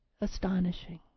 astonishing